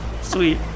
Sweet